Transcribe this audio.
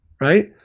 right